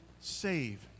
save